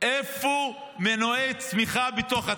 איפה מנועי הצמיחה בתוך התקציב,